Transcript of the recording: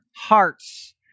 hearts